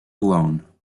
alone